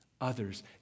others